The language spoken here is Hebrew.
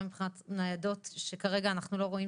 גם מבחינת ניידות שכרגע אנחנו לא רואים